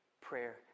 prayer